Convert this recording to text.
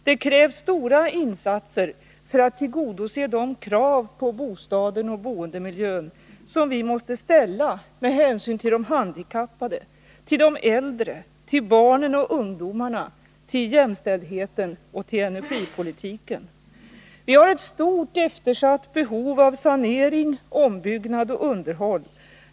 Det krävs stora insatser för att tillgodose de krav på bostaden och boendemiljön som vi måste ställa med hänsyn till de handikappade, till de äldre, till barnen och ungdomarna, till jämställdheten och till energipolitiken. Vi har ett stort, eftersatt behov av sanering, ombyggnad och underhåll.